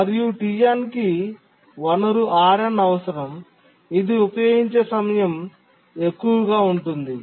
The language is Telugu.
మరియు Tn కి వనరు Rn అవసరం ఇది ఉపయోగించే సమయం ఎక్కువగా ఉంటుంది